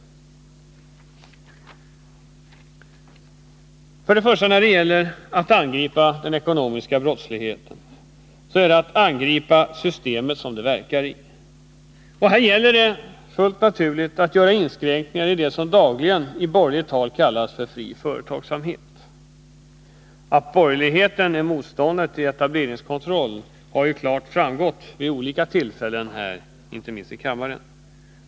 Ty det första man bör göra när det gäller att angripa den ekonomiska brottsligheten är att angripa det system som den verkar i. Här gäller fullt naturligt att inskränkningar görs i det som dagligen i borgerligt tal kallas fri företagsamhet. Att borgerligheten är motståndare till etableringskontroll har ju klart framgått vid olika tillfällen, inte minst vid debatter här i kammaren.